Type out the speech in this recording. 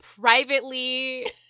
privately